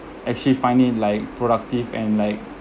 actually find it like productive and like